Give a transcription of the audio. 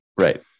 Right